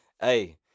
Hey